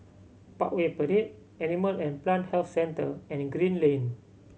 Parkway Parade Animal and Plant Health Centre and Green Lane